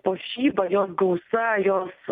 puošyba jos gausa jos